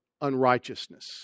unrighteousness